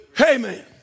amen